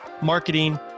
marketing